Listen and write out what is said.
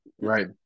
right